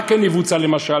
מה כן יבוצע, למשל?